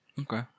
Okay